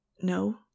No